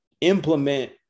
implement